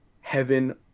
heaven